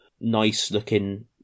nice-looking